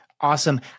Awesome